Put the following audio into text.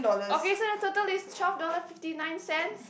okay so the total is twelve dollar fifty nine cents